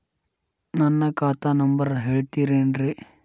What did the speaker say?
ನನ್ನ ಖಾತಾ ನಂಬರ್ ಹೇಳ್ತಿರೇನ್ರಿ?